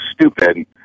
stupid